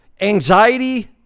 Anxiety